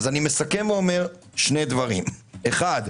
אני מסכם ואומר שני דברים: אחד,